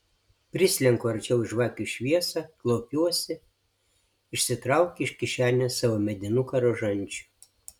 prislenku arčiau į žvakių šviesą klaupiuosi išsitraukiu iš kišenės savo medinuką rožančių